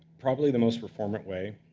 probably the most performant way